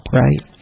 right